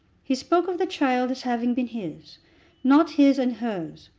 he spoke of the child as having been his not his and hers.